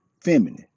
feminine